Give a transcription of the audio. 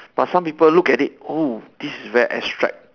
but some people look at it oh this is very abstract